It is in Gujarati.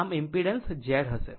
આમ ઇમ્પિડન્સ Z હશે